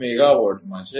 મેગાવાટમાં છે